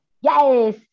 Yes